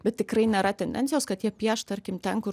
bet tikrai nėra tendencijos kad jie pieš tarkim ten kur